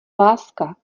láska